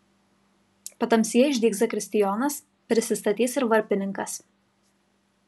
patamsyje išdygs zakristijonas prisistatys ir varpininkas